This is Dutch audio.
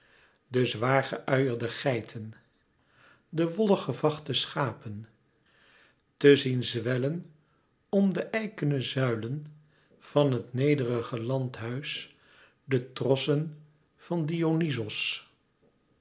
de zwaar ge uierde geiten de wollig gevachte schapen te zien zwellen om de eikene zuilen van het nederige landhuis de trossen van dionyzos